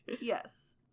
Yes